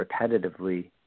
repetitively